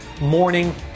morning